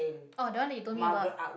oh that one that you told me about